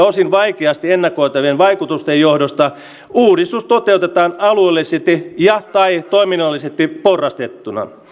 osin vaikeasti ennakoitavien vaikutusten johdosta uudistus toteutetaan alueellisesti ja tai toiminnallisesti porrastettuna